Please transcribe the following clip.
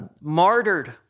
martyred